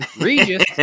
Regis